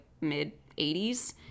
mid-80s